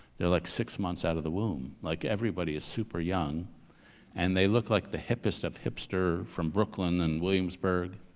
they're like six months out of the womb, like everybody is super young and they look like the hippest of hipster from brooklyn and williamsburg.